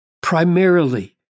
primarily